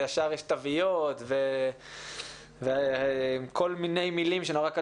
וישר יש תוויות וכל מיני מילים שנורא קל